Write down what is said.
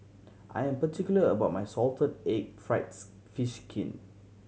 I am particular about my salted egg fried fish skin